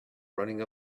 running